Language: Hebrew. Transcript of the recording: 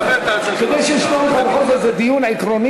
בכל זאת, זה דיון עקרוני.